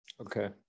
Okay